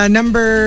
number